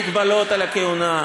מגבלות על הכהונה,